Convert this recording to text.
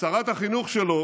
שרת החינוך שלו